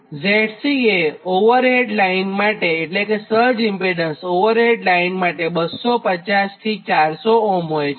તો ZC એટલે કે સર્જ ઇમ્પીડન્સ ઓવરહેડ લાઇન માટે 250 400 ohm હોય છે